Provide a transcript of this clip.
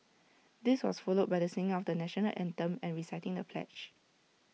this was followed by the singing of the National Anthem and reciting of the pledge